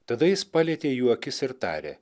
tada jis palietė jų akis ir tarė